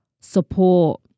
support